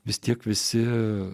vis tiek visi